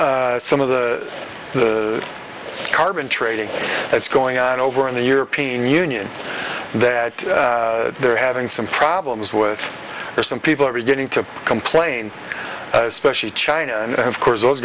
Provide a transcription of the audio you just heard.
scam some of the the carbon trading that's going on over in the european union that they're having some problems with there some people are beginning to complain especially china and of course those